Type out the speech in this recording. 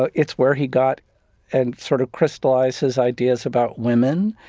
but it's where he got and sort of crystallized his ideas about women,